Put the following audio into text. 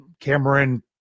Cameron